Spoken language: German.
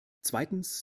zweitens